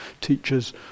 teachers